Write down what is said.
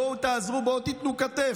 בואו תעזרו ובואו תנו כתף.